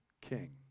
king